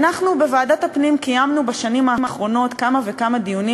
אנחנו בוועדת הפנים קיימנו בשנים האחרונות כמה וכמה דיונים.